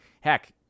heck